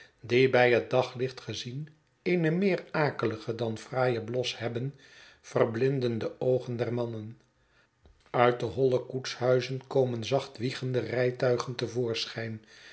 die bij het daglicht gezien een meer akeligen dan fraaienblos hebben verblinden de oogen der mannen uit de holle koetshuizen komen zacht wiegende rijtuigen